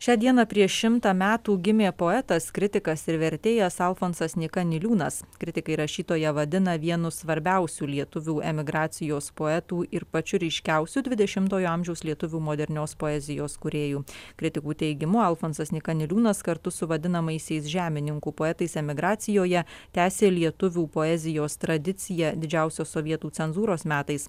šią dieną prieš šimtą metų gimė poetas kritikas ir vertėjas alfonsas nyka niliūnas kritikai rašytoją vadina vienu svarbiausių lietuvių emigracijos poetų ir pačiu ryškiausiu dvidešimtojo amžiaus lietuvių modernios poezijos kūrėju kritikų teigimu alfonsas nyka niliūnas kartu su vadinamaisiais žemininkų poetais emigracijoje tęsė lietuvių poezijos tradiciją didžiausios sovietų cenzūros metais